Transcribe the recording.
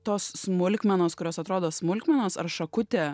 tos smulkmenos kurios atrodo smulkmenos ar šakutė